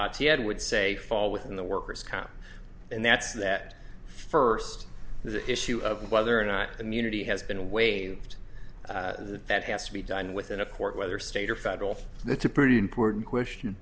he had would say fall within the workers comp and that's that first the issue of whether or not the munity has been waived that has to be done within a court whether state or federal the to pretty important question